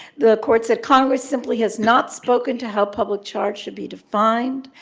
the court said, congress simply has not spoken to how public charge should be defined.